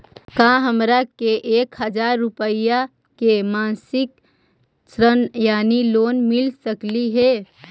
का हमरा के एक हजार रुपया के मासिक ऋण यानी लोन मिल सकली हे?